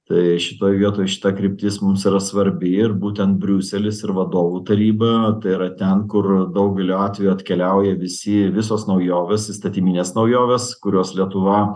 tai šitoj vietoj šita kryptis mums yra svarbi ir būtent briuselis ir vadovų taryba tai yra ten kur daugeliu atveju atkeliauja visi visos naujovės įstatyminės naujovės kuriuos lietuva